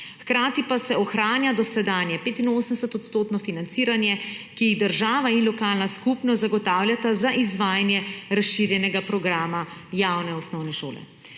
Hkrati pa se ohranja dosedanje 85-odstotno financiranje, ki jih država in lokalna skupnost zagotavljata za izvajanje razširjenega programa javne osnovne šole.